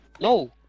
No